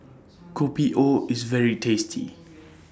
Kopi O IS very tasty